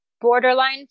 borderline